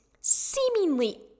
seemingly